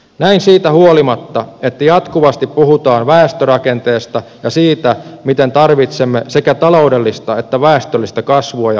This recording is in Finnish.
näin siitä huolimatta että jatkuvasti puhutaan väestörakenteesta ja siitä miten tarvitsemme sekä taloudellista että väestöllistä kasvua ja uudistumista